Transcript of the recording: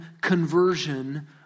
conversion